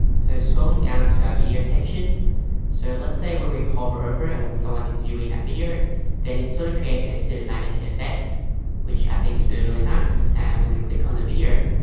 so scrolling down to our video section so let's say when we hover over it when someone is viewing that video then it sort of creates a cinematic effect which i think is really really nice and when i click on the video